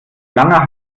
langer